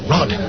Rod